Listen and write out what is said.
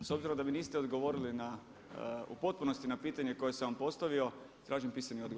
S obzirom da mi niste odgovorili u potpunosti na pitanje koje sam vam postavio tražim pisani odgovor.